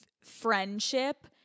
friendship